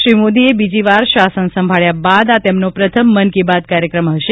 શ્રી મોદીએ બીજી વાર શાસન સંભાળ્યા બાદ આ તેમનો પ્રથમ મન કી બાત કાર્યક્રમ હશે